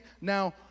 now